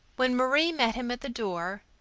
when marie met him at the door,